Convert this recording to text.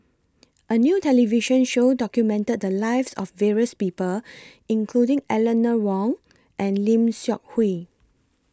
A New television Show documented The Lives of various People including Eleanor Wong and Lim Seok Hui